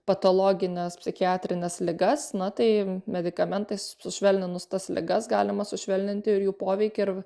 patologines psichiatrines ligas na tai medikamentais sušvelninus tas ligas galima sušvelninti ir jų poveikį ir